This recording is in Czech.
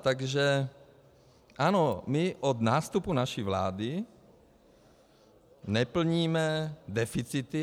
Takže ano, my od nástupu naší vlády neplníme deficity.